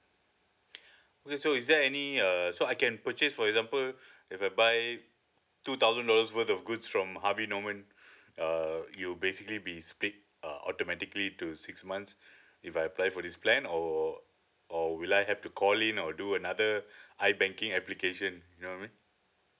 okay so is there any uh so I can purchase for example if I buy two thousand dollars worth of goods from harvey norman uh you basically be split uh automatically to six months if I apply for this plan or or will I have to call in or do another I banking application you know I mean